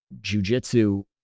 jujitsu